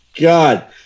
god